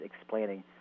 explaining